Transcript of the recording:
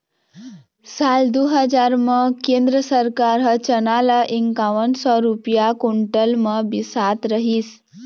साल दू हजार म केंद्र सरकार ह चना ल इंकावन सौ रूपिया कोंटल म बिसात रहिस